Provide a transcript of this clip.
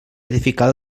edificar